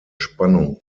spannung